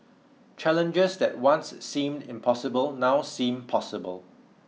challenges that once seemed impossible now seem possible